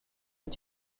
est